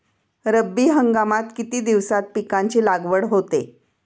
रब्बी हंगामात किती दिवसांत पिकांची लागवड होते?